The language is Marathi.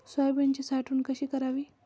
सोयाबीनची साठवण कशी करावी?